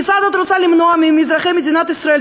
כיצד את רוצה למנוע את זה מאזרחי מדינת ישראל?